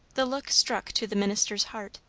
the look struck to the minister's heart.